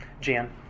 Jan